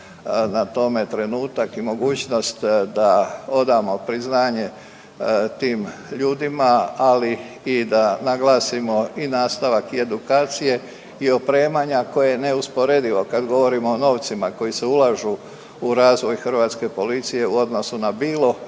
na tome trenutak i mogućnost da odamo priznanje tim ljudima, ali i da naglasimo i nastavak i edukacije i opremanja koje je neusporedivo kad govorimo o novcima koji se ulažu u razvoj Hrvatske policije u odnosu na bilo